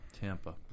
Tampa